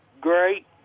great